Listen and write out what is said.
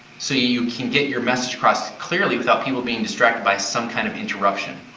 so you can get your message across clearly without people being distracted by some kind of interruption.